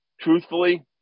truthfully